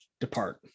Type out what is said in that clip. depart